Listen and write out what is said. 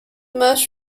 most